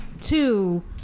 two